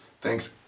thanks